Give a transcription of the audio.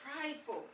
prideful